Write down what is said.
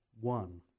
one